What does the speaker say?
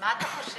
מה אתה חושב?